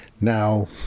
now